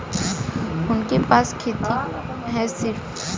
उनके पास खेती हैं सिर्फ